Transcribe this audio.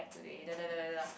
today dadadadada